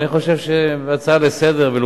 אבל אני חושב על הצעה לסדר-היום,